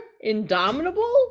Indomitable